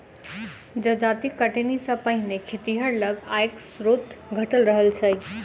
जजाति कटनी सॅ पहिने खेतिहर लग आयक स्रोत घटल रहल छै